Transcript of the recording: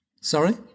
Sorry